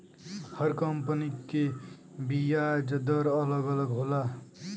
हर company के बियाज दर अलग अलग होला